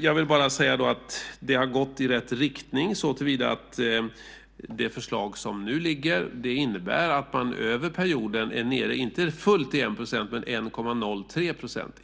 Jag vill bara säga att detta har gått i rätt riktning såtillvida att det förslag som nu föreligger innebär att man över perioden är nere inte fullt på 1 % men på 1,03 %.